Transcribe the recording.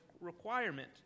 requirement